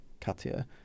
Katia